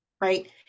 right